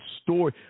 story